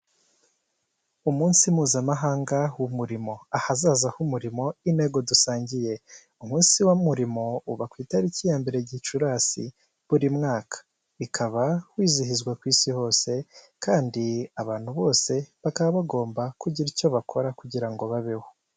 Umunsi mpuzamahanga w'umurimo, ahazaza h'umurimo intego dusangiye, umunsi w'umumo uba ku itariki ya mbere gicurasi buri mwaka, ukaba wizihizwa ku isi hose kandi abantu bose bakaba bagomba kugira icyo bakora kugira ngo babeho.